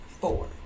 four